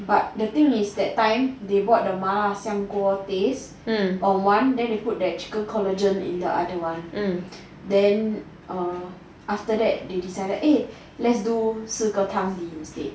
but the thing is that time they bought the 麻辣香锅 taste or one then they put their chicken collagen in the other one then err after they decided eh let's do 四个汤底 instead